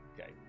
Okay